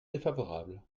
défavorable